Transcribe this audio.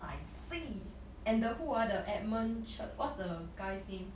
I see then who ah the Edmund Chen what's the guy's name